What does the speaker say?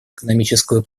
экономическую